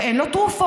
אין לו תרופות,